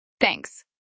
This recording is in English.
Thanks